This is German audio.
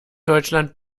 deutschland